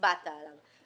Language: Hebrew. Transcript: הצבעת עליו.